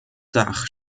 dach